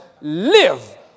live